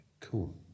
cool